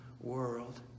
world